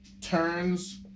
turns